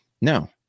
No